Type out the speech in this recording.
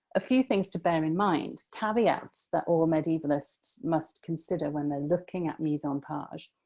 a few things to bear in mind, caveats that all medievalists must consider when they're looking at mise-en-page,